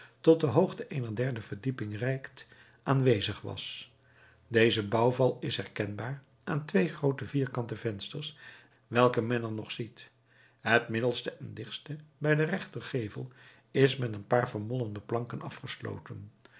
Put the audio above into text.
tot de hoogte eener derde verdieping reikt aanwezig was deze bouwval is herkenbaar aan twee groote vierkante vensters welke men er nog ziet het middenste en dichtste bij den rechtergevel is met een paar vermolmde planken afgesloten